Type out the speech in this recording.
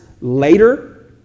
later